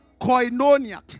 Koinonia